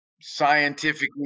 scientifically